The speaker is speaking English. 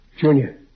Junior